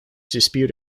dispute